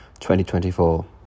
2024